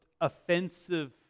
offensive